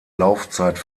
laufzeit